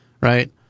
Right